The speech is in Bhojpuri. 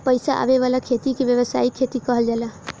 पईसा आवे वाला खेती के व्यावसायिक खेती कहल जाला